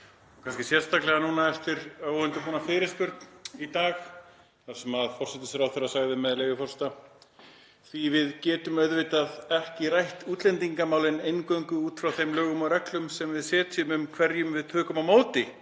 og kannski sérstaklega núna eftir óundirbúna fyrirspurn í dag þar sem forsætisráðherra sagði, með leyfi forseta: „… við getum auðvitað ekki rætt útlendingamálin eingöngu út frá þeim lögum og reglum sem við setjum um hverjum við tökum á móti,